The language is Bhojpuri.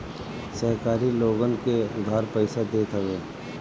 सहकारी लोगन के उधार पईसा देत हवे